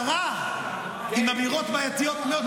אלעזר הגיע בסערה עם אמירות בעייתיות מאוד.